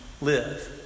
live